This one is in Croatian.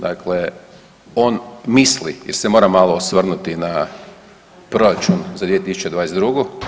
Dakle, on misli ili se mora malo osvrnuti na proračun za 2022.